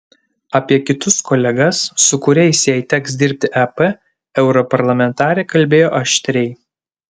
apie kitus kolegas su kuriais jai teks dirbti ep europarlamentarė kalbėjo aštriai